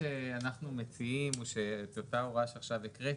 אנחנו מציעים שאת אותה הוראה שעכשיו הקראתי,